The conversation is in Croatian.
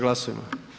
Glasujmo.